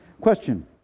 Question